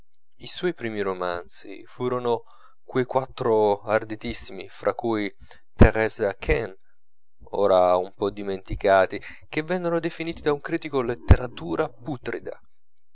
i suoi primi romanzi furono quei quattro arditissimi fra cui thérèse raquin ora un po dimenticati che vennero definiti da un critico letteratura putrida